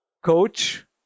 Coach